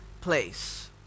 place